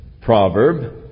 proverb